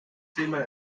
zehnmal